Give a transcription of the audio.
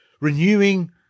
renewing